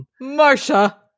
Marcia